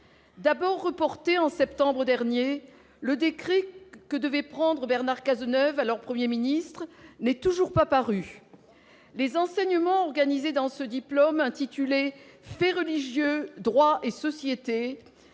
D'abord reporté en septembre dernier, le décret que devait prendre Bernard Cazeneuve, alors Premier ministre, n'est toujours pas paru. Les enseignements organisés pour l'obtention de ce diplôme intitulé « Faits religieux, droit et société »